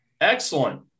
excellent